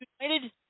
United